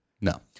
No